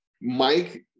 Mike